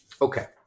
Okay